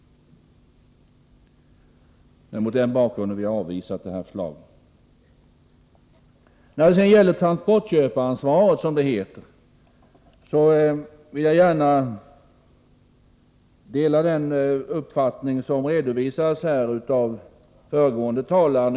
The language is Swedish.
Mot den bakgrunden har vi avvisat detta förslag. När det gäller indragning av trafiktillstånd vill jag göra ett klarläggande.